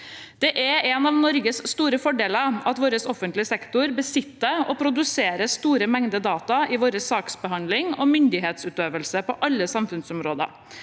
Det er en av Norges store fordeler at vår offentlige sektor besitter og produserer store mengder data i vår saksbehandling og myndighetsutøvelse på alle samfunnsområder.